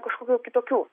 kažkokių kitokių